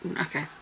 okay